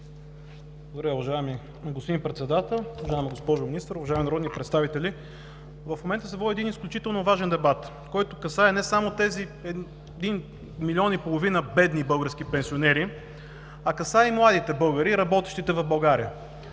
Благодаря, уважаеми господин Председател. Уважаема госпожо Министър, уважаеми народни представители! В момента се води един изключително важен дебат, който касае не само тези един милион и половина бедни български пенсионери, а касае и младите българи, работещите в България.